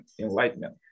enlightenment